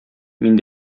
мин